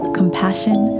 compassion